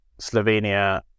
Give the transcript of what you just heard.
Slovenia